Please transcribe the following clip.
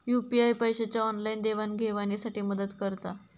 UPI पैशाच्या online देवाणघेवाणी साठी मदत करता